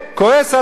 כועס עליו,